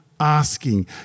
Asking